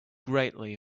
greatly